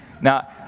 Now